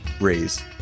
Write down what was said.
raise